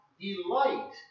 delight